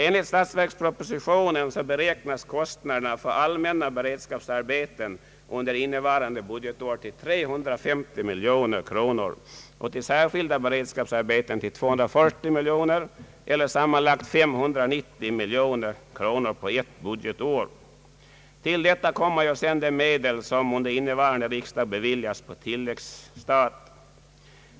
Enligt statsverkspropositionen beräknas kostnaderna för allmänna beredskapsarbeten under innevarande budgetår till 350 miljoner kronor och till särskilda beredskapsarbeten till 240 miljoner kronor eller sammanlagt 590 miljoner kronor under ett budgetår. Till detta kommer sedan de medel som under innevarande riksdag beviljats på tilläggsstat.